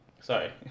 Sorry